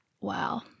Wow